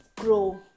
grow